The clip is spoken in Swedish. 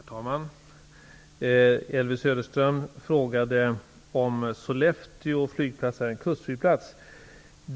Herr talman! Elvy Söderström frågade om Sollefteå flygplats är en kustflygplats.